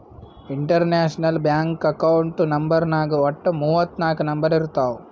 international bank account ನಂಬರ್ನಾಗ್ ವಟ್ಟ ಮೂವತ್ ನಾಕ್ ನಂಬರ್ ಇರ್ತಾವ್